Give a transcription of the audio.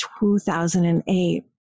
2008